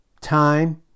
time